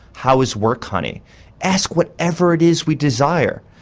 how was work honey ask whatever it is we desire.